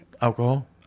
alcohol